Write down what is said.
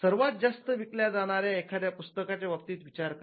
सर्वात जास्त विकल्या जाणाऱ्या एखाद्या पुस्तकाच्या बाबतीत विचार करा